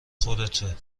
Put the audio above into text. خودته